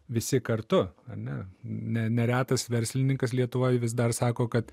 visi kartu ar ne ne neretas verslininkas lietuvoj vis dar sako kad